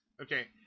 Okay